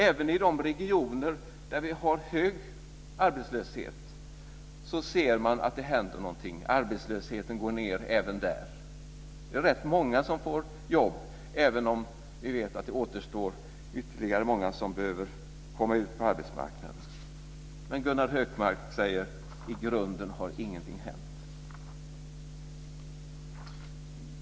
Även i de regioner där arbetslösheten är hög ser man att det händer någonting; arbetslösheten går ned även där. Det är rätt många som får jobb även om vi vet att det återstår ytterligare många som behöver komma ut på arbetsmarknaden. Gunnar Hökmark säger att i grunden har ingenting hänt.